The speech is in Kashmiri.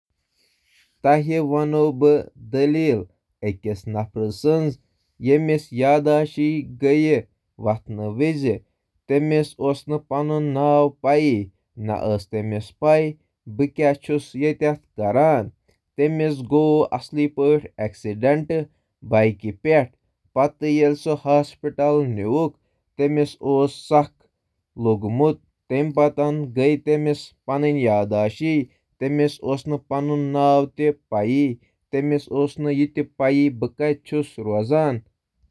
بہٕ چُھس أکِس یِتھِس کِردارس مُتعلِق اکھ دٔلیٖل وَنان یُس وۄتھان چُھ نہٕ زِ تِم کُس چھِ یا تِم کِتھ کٔنۍ وٲتۍ۔. تٔمِس گوٚو اکھ حٲدثہٕ۔ سُہ گوٚو سورُے کینٛہہ مٔشِد زِ سُہ کَتہِ آو تہٕ سُہ کَتہِ پٮ۪ٹھٕ اوس۔